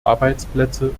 arbeitsplätze